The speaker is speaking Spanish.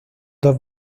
dos